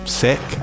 sick